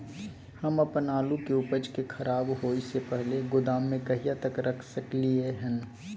हम अपन आलू के उपज के खराब होय से पहिले गोदाम में कहिया तक रख सकलियै हन?